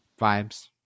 vibes